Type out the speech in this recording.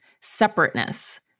separateness